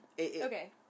Okay